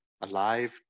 alive